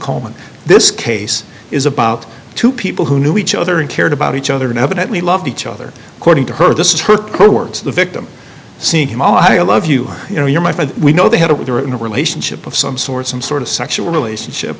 coleman this case is about two people who knew each other and cared about each other and evidently loved each other according to her this is her coworkers the victim seeing him oh i love you you know you're my friend we know they had a we're in a relationship of some sort some sort of sexual relationship